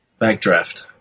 Backdraft